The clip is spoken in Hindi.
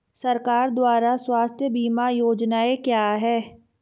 सरकार द्वारा स्वास्थ्य बीमा योजनाएं क्या हैं?